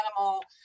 animal